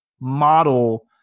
model